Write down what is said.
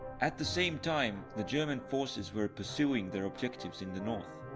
at the same time the german forces were pursuing their objectives in the north.